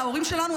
על ההורים שלנו,